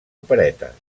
operetes